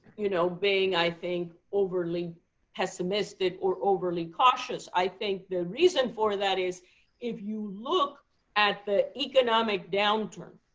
you know being, i think, overly pessimistic or overly cautious. i think the reason for that is if you look at the economic downturn,